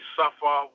suffer